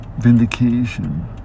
vindication